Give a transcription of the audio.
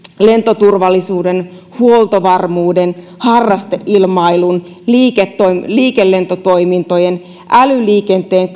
lentoturvallisuuden huoltovarmuuden harrasteilmailun liikelentotoimintojen älyliikenteen